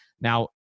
Now